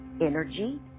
energy